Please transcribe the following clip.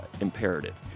imperative